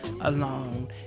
alone